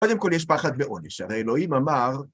קודם כל, יש פחד מעונש, הרי אלוהים אמר...